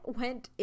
went